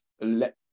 let